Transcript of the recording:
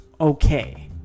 okay